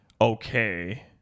okay